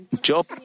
Job